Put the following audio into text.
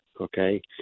okay